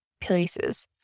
places